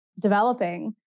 developing